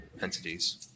entities